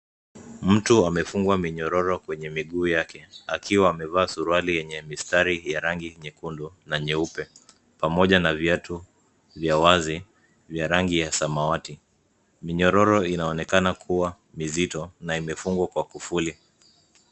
Mtu amefungwa minyororo kwenye miguu yake akiwa amevaa suruali yenye mistari ya rangi nyekundu na nyeupe pamoja na viatu vya wazi vya rangi ya samawati. Mminyororo inaonekana kuwa mizito na imefungwa kwa kufuli.